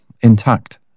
intact